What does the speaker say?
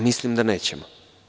Mislim da nećemo.